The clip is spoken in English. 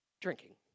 drinking